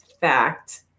fact